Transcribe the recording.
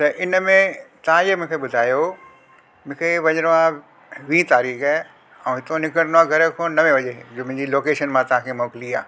त इन में तां इहे मूंखे ॿुधायो मूंखे वञिणो आहे वीह तारीख़ ऐं हितो निकिरिणो आ्हे घर खां नवे वजे जो मुंहिंजी लोकेशन मां तव्हांखे मोकली आहे